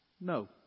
no